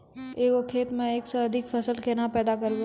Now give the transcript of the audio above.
एक गो खेतो मे एक से अधिक फसल केना पैदा करबै?